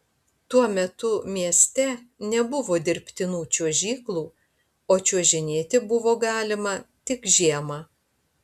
tuo metu mieste nebuvo dirbtinų čiuožyklų o čiuožinėti buvo galima tik žiemą